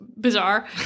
bizarre